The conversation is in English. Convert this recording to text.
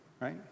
Right